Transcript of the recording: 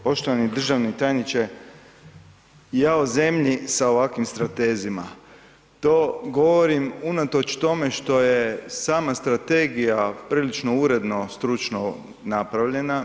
Poštovani državni tajniče, jao zemlji sa ovakvim stratezima, to govorim unatoč tome što je sama strategija prilično uredno stručno napravljena.